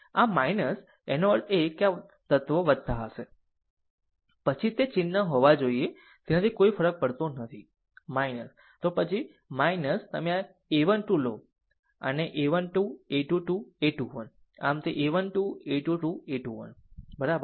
આમ એનો અર્થ એ કે આ તત્વો હશે પછી તે ચિહ્ન હોવા જોઈએ તેનાથી કોઈ ફરક પડતો નથી તો પછી તમે a 1 2 લો આ a 1 2 a 2 2 a 2 1 આમ તે a 1 2 a 2 2 a 2 1 બરાબર